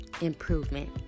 improvement